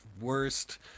worst